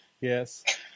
Yes